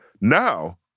Now